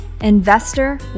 investor